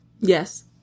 Yes